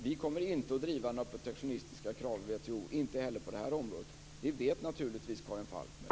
Vi kommer inte att driva några protektionistiska krav i WTO, inte heller på det här området. Det vet naturligtvis Karin Falkmer.